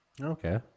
Okay